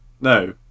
No